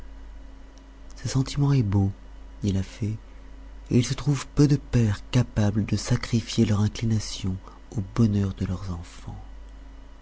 ce sentiment est beau dit la fée et il se trouve peu de pères capables de sacrifier leurs inclinations au bonheur de leurs enfants